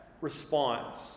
response